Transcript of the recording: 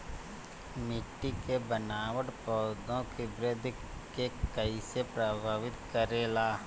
मिट्टी के बनावट पौधों की वृद्धि के कईसे प्रभावित करेला?